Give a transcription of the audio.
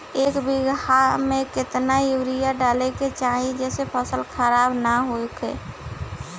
एक बीघा में केतना यूरिया डाले के चाहि जेसे फसल खराब ना होख?